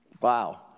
Wow